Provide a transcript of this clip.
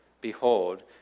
behold